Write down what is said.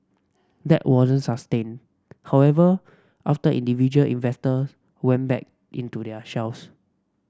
that wasn't sustained however after individual investors went back into their shells